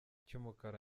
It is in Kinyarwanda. cy’umukara